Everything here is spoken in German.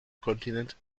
kontinent